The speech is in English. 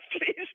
Please